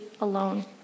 alone